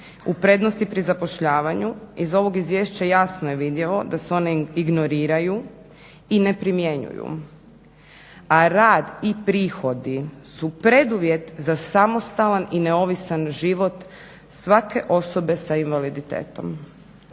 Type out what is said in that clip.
u prednosti pri zapošljavanju iz ovog izvješća jasno je vidljivo da se one ignoriraju i ne primjenjuju, a rad i prihodi su preduvjet za samostalan i neovisan život svake osobe s invaliditetom.